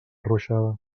ruixada